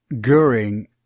Goering